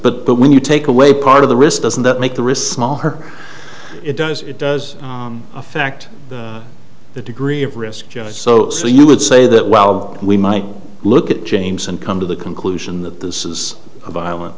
but but when you take away part of the risk doesn't that make the wrist small her it does it does affect the degree of risk just so so you would say that well we might look at james and come to the conclusion that this is a violent